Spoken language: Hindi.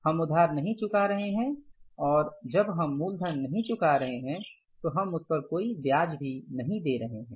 हम उधार नहीं चुका रहे हैं और जब हम मूलधन नहीं चुका रहे हैं तो हम उस पर कोई ब्याज भी नहीं दे रहे हैं